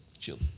chill